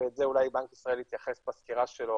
ולזה בנק ישראל אולי התייחס בסקירה שלו,